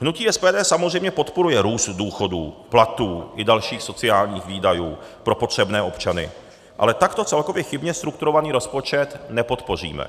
Hnutí SPD samozřejmě podporuje růst důchodů, platů i dalších sociálních výdajů pro potřebné občany, ale takto celkově chybně strukturovaný rozpočet nepodpoříme.